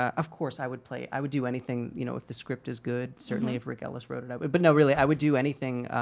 of course i would play i would do anything you know if the script is good. certainly if rick ellis wrote it. but but no really i would do anything.